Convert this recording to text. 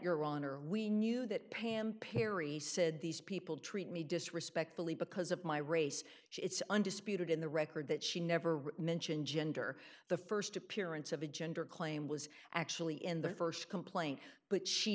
honor we knew that pam perry said these people treat me disrespectfully because of my race it's undisputed in the record that she never mentioned gender the st appearance of a gender claim was actually in the st complaint but she